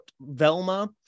Velma